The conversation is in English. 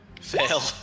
Fail